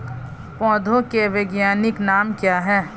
पौधों के वैज्ञानिक नाम क्या हैं?